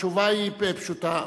התשובה היא פשוטה.